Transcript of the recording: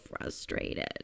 frustrated